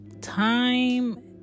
Time